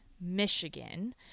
Michigan